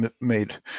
made